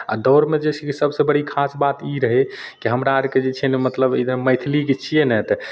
आ दौड़मे जे छै सबसे बड़ी खासबात ई रहै कि हमरा आरके जे छै ने मतलब ई मैथिलि जे छियै ने तऽ